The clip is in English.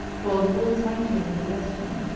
while the bull thanked him and blessed him.